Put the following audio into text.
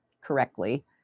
correctly